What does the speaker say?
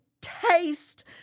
taste